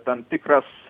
tam tikras